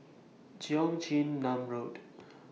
Cheong Chin Nam Road